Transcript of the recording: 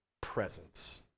presence